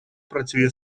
працює